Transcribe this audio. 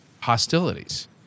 hostilities